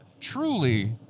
Truly